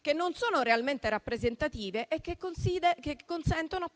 che non sono realmente rappresentative, che consentono